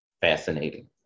fascinating